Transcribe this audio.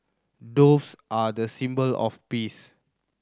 doves are the symbol of peace